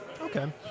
okay